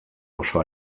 oso